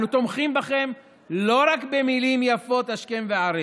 אנו תומכים בכם לא רק במילים יפות השכם והערב,